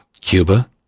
cuba